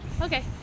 Okay